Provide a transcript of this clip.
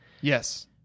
yes